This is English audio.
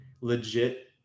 legit